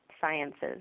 sciences